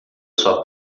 sua